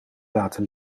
laten